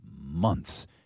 months